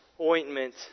ointment